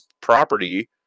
property